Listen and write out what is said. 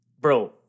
bro